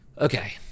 Okay